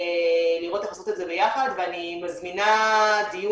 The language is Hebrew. לראות איך לעשות את זה ביחד ואני מזמינה דיון,